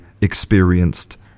experienced